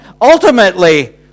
Ultimately